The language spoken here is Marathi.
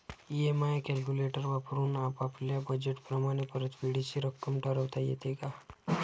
इ.एम.आय कॅलक्युलेटर वापरून आपापल्या बजेट प्रमाणे परतफेडीची रक्कम ठरवता येते का?